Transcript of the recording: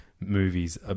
movies